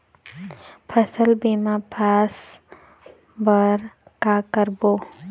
फसल बीमा पास बर का करबो?